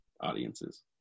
audiences